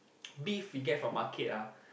beef we get from market ah